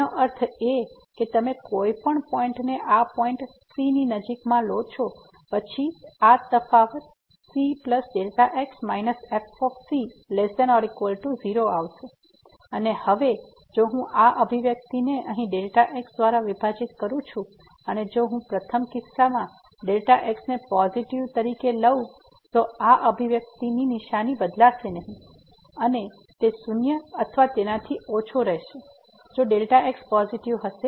તેનો અર્થ એ કે તમે કોઈપણ પોઈન્ટ ને આ પોઈન્ટ c ની નજીકમાં લો પછી આ તફાવત cx fc≤0 આવશે અને હવે જો હું આ અભિવ્યક્તિને અહીં Δx દ્વારા વિભાજીત કરું છું અને જો હું પ્રથમ કિસ્સામાં Δx ને પોઝીટીવ તરીકે લઉ છું તો આ અભિવ્યક્તિની નિશાની બદલાશે નહીં અને તે શૂન્ય અથવા તેનાથી ઓછો રહેશે જો Δx પોઝીટીવ હશે